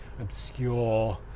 obscure